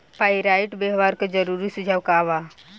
Pyrite व्यवहार के जरूरी सुझाव का वा?